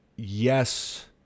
Yes